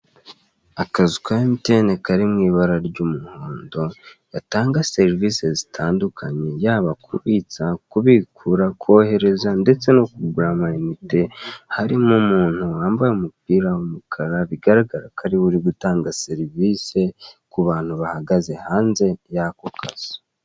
Akazu ka emutiyene kari mu ibara ry'umuhondo, gatanga serivise zitandukanye, yaba kubitsa, kubikura, kohereza ndetse no kugura ama inite. Harimo umuntu wambaye umupira w'umukara, bigaragara ko ariwe uri gutanga serivise ku bantu bahagaze hanze y'ako kazu.